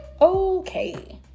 okay